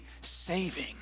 saving